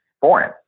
foreign